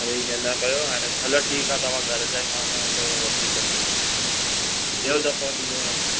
अरे ईअं न कयो हाणे हलो ठीकु आहे तव्हां घर जा ई माण्हूं आहियो थोरो वठी छॾियो ॿियो दफ़ो ईंदव